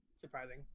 surprising